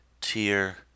tier